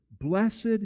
Blessed